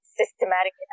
systematic